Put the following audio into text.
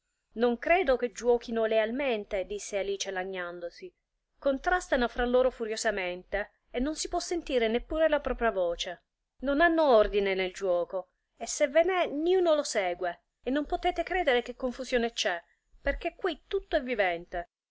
non credo che giuochino lealmente disse alice lagnandosi contrastano fra loro furiosamente e non si può sentire neppure la propria voce non hanno ordine nel giuoco e se ve n'è niuno lo segue e non potete credere che confusione c'è perchè quì tutto è vivente